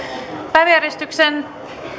päiväjärjestyksen